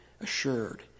assured